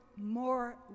more